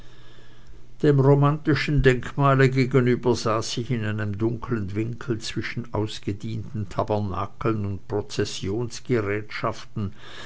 dem romantischen denkmale gegenüber saß ich in einem dunklen winkel zwischen ausgedienten tabernakeln und